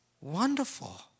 wonderful